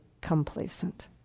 complacent